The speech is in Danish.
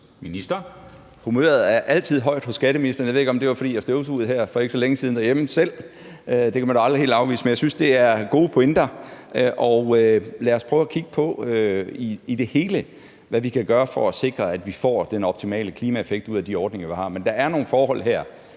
Bødskov): Humøret er altid højt hos skatteministeren, og jeg ved ikke, om det var, fordi jeg her for ikke så længe siden selv støvsugede derhjemme. Det kan man jo aldrig helt afvise. Men jeg synes, det er gode pointer, og lad os prøve at kigge på, hvad vi i det hele taget kan gøre for at sikre, at vi får den optimale klimaeffekt ud af de ordninger, vi har. Men der er nogle forhold her,